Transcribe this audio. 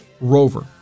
rover